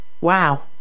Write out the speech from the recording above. Wow